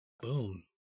boom